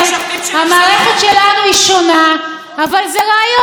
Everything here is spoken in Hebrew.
המערכת שלנו היא שונה, אבל זה רעיון.